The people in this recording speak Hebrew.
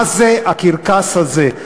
מה זה הקרקס הזה?